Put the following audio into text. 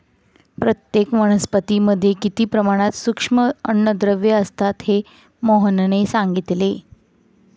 प्रत्येक वनस्पतीमध्ये किती प्रमाणात सूक्ष्म अन्नद्रव्ये असतात हे मोहनने सांगितले